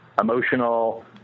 emotional